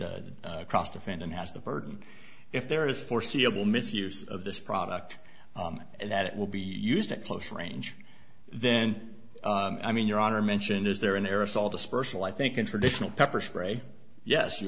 cross defendant has the burden if there is forseeable misuse of this product that it will be used at close range then i mean your honor mentioned is there an aerosol dispersal i think in traditional pepper spray yes you